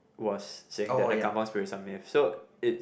was saying that the Kampung spirit is a myth so it's